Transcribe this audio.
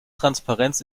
transparenz